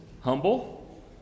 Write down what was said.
humble